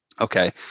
okay